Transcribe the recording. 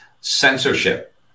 censorship